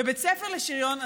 בבית הספר לשריון,